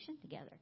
together